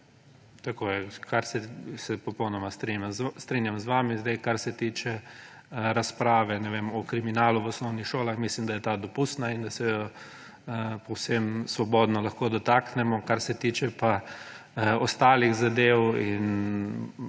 Tako je. Se popolnoma strinjam z vami. Kar se tiče razprave o kriminalu v osnovnih šolah, mislim, da je ta dopustna in da se je povsem svobodno lahko dotaknemo. Kar se tiče pa ostalih zadev in